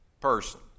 person